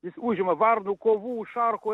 jis užima varnų kovų šarkų